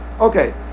Okay